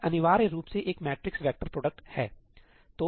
यह अनिवार्य रूप से एक मैट्रिक्स वेक्टर प्रोडक्ट है